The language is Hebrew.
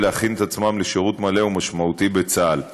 להכין את עצמם לשירות מלא ומשמעותי בצה"ל,